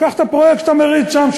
ייקח את הפרויקט שאתה מריץ שם,